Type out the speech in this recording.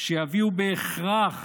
שיביאו בהכרח